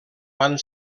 van